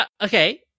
okay